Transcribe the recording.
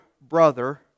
brother